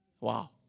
Wow